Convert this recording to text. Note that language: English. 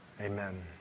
amen